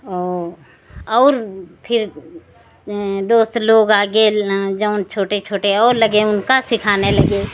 और और फिर दोस्त लोग आगे जौन छोटे छोटे और लगे उनको सिखाने लगे